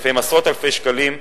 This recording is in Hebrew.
ולפעמים עשרות אלפי שקלים,